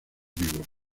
vivos